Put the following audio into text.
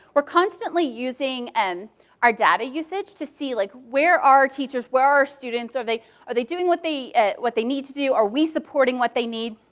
we're constantly using and our data usage to see like where are our teachers, where are our students. are they are they doing what they what they need to do? are we supporting what they need?